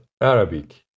Arabic